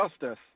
justice